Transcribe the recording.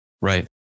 right